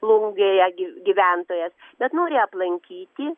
plungėje gi gyventojas bet nori aplankyti